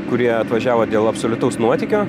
kurie atvažiavo dėl absoliutaus nuotykio